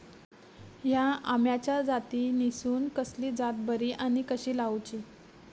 हया आम्याच्या जातीनिसून कसली जात बरी आनी कशी लाऊची?